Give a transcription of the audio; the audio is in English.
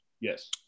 Yes